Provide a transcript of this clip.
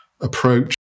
approach